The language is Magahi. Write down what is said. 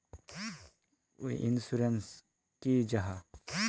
इंश्योरेंस की जाहा?